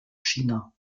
china